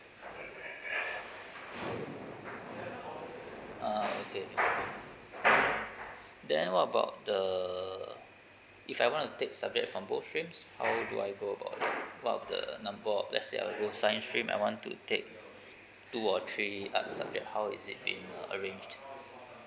ah okay then what about the if I wanna take subject from both streams how do I go about it what are the number of let's say I go science stream I want to take two or three art subject how is it being arranged